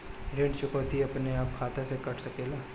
ऋण चुकौती अपने आप खाता से कट सकेला?